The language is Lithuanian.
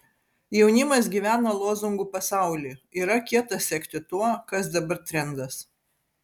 jaunimas gyvena lozungų pasauly yra kieta sekti tuo kas dabar trendas